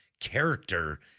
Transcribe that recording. character